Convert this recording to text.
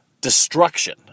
destruction